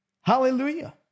Hallelujah